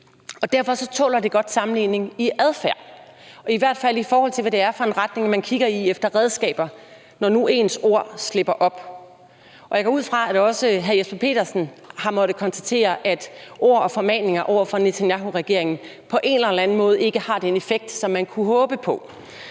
Derfor tåler det godt sammenligning, hvad angår adfærd, og i hvert fald i forhold til hvad det er for en retning, man kigger i efter redskaber, når nu ens ord slipper op. Jeg går ud fra, at også hr. Jesper Petersen har måttet konstatere, at ord og formaninger over for Netanyahuregeringen på en eller anden måde ikke har den effekt, som man kunne håbe på.